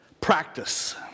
practice